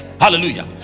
Hallelujah